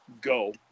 Go